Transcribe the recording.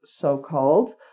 so-called